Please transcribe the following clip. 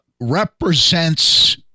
represents